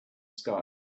sky